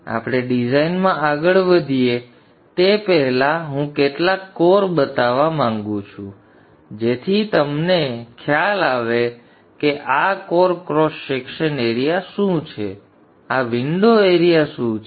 તેથી આપણે ડિઝાઇનમાં આગળ વધીએ તે પહેલાં હું કેટલાક કોર બતાવવા માંગુ છું જેથી તમને ખ્યાલ આવે કે આ કોર ક્રોસ સેક્શન એરિયા શું છે આ વિન્ડો એરીયા શું છે